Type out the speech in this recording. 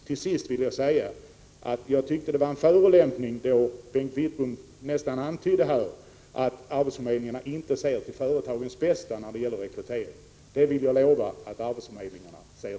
Till sist vill jag säga att jag tyckte att det var en förolämpning när Bengt Wittbom antydde att arbetsförmedlingarna inte skulle se till företagens bästa när det gäller rekryteringen. Det kan jag försäkra att de gör.